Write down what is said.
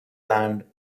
land